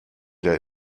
der